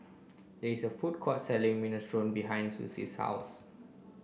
there is a food court selling Minestrone behind Susie's house